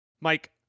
Mike